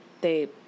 they-